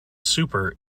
super